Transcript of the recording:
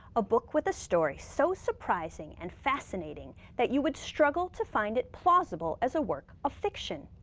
a book with a story so surprising and fascinating that you would struggle to find it plausible as a work of fiction.